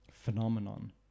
phenomenon